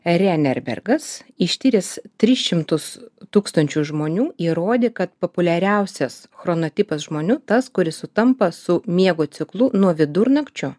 erianerbergas ištyręs tris šimtus tūkstančių žmonių įrodė kad populiariausias chronotipas žmonių tas kuris sutampa su miego ciklu nuo vidurnakčio